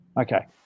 Okay